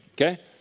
okay